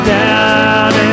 down